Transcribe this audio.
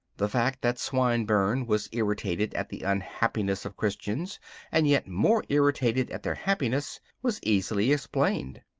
the fact that swinburne was irritated at the unhappiness of christians and yet more irritated at their happiness was easily explained.